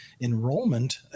enrollment